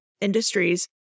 industries